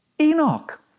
Enoch